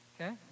Okay